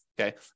Okay